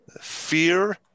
Fear